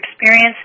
experience